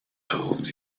told